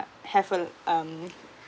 have a um